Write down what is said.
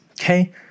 okay